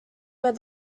where